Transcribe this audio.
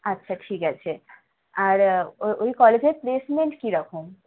আচ্ছা ঠিক আছে আর ওই কলেজের প্লেসমেন্ট কীরকম